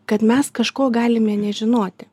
kad mes kažko galime nežinoti